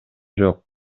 жок